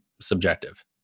subjective